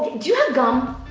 do you have gum?